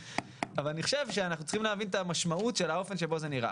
אבל אני חושב שאנחנו צריכים להבין את האופן שבו זה נראה.